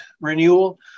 renewal